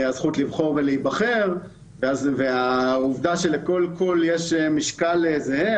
ישנה גם הזכות לבחור ולהיבחר וכן העובדה שלכל קול יש משקל זהה.